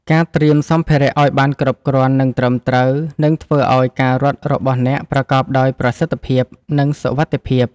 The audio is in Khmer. ការត្រៀមសម្ភារៈឱ្យបានគ្រប់គ្រាន់ និងត្រឹមត្រូវ នឹងធ្វើឱ្យការរត់របស់អ្នកប្រកបដោយប្រសិទ្ធភាព និងសុវត្ថិភាព។